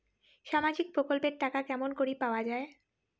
সামাজিক প্রকল্পের টাকা কেমন করি পাওয়া যায়?